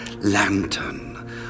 lantern